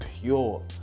pure